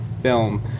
film